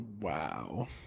Wow